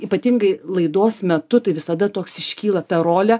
ypatingai laidos metu tai visada toks iškyla ta rolė